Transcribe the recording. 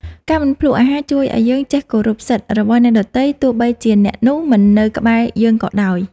ការមិនភ្លក្សអាហារជួយឱ្យយើងចេះគោរពសិទ្ធិរបស់អ្នកដទៃទោះបីជាអ្នកនោះមិននៅក្បែរយើងក៏ដោយ។